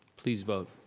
please vote.